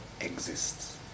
exists